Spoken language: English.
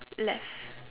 left